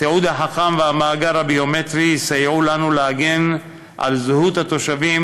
התיעוד החכם והמאגר הביומטרי יסייעו לנו להגן על זהות התושבים